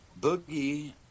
Boogie